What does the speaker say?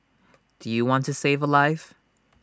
do you want to save A life